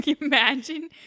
imagine